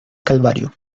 calvario